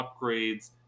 upgrades